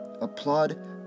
Applaud